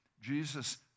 Jesus